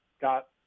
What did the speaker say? got